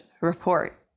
report